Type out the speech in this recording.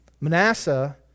Manasseh